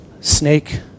snake